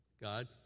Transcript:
God